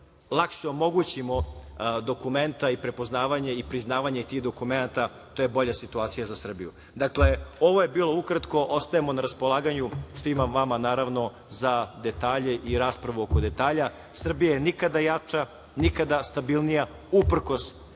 lakše omogućimo dokumenta i prepoznavanje tih dokumenata to je bolja situacija za Srbiju. Ovo je bilo ukratko. Ostajemo na raspolaganju svima vama naravno, za detalje i raspravu oko detalja. Srbija je nikada jača, nikada stabilnija, uprkos